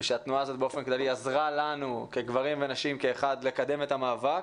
ושהתנועה הזאת באופן כללי עזרה לנו כגברים ונשים כיחד לקדם את המאבק.